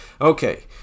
Okay